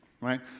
right